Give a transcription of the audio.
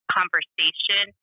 conversation